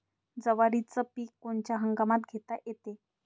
जवारीचं पीक कोनच्या हंगामात घेता येते?